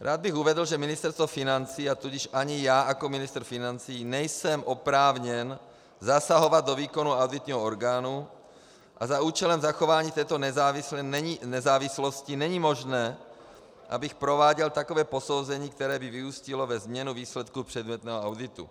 Rád bych uvedl, že Ministerstvo financí, tudíž ani já jako ministr financí nejsme oprávněni zasahovat do výkonu auditního orgánu a za účelem zachování této nezávislosti není možné, abych prováděl takové posouzení, které by vyústilo ve změnu výsledku předmětného auditu.